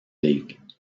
ligues